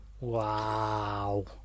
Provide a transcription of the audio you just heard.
Wow